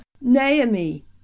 Naomi